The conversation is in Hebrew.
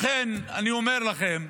לכן אני אומר לכם,